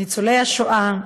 לניצולי השואה,